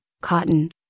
cotton